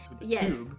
Yes